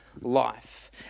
life